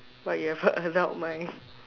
but you've a adult mind